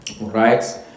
right